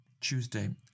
Tuesday